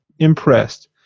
impressed